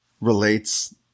relates